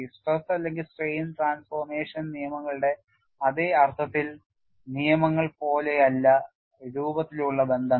stress അല്ലെങ്കിൽ strain transformation നിയമങ്ങളുടെ അതേ അർത്ഥത്തിൽ നിയമങ്ങൾ പോലെയല്ല രൂപത്തിലുള്ള ബന്ധങ്ങൾ